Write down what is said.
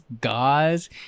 gauze